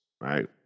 right